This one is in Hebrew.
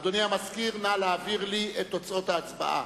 אדוני המזכיר, נא להעביר לי את תוצאות ההצבעה.